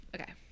Okay